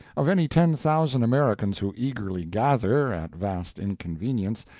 of any ten thousand americans who eagerly gather, at vast inconvenience,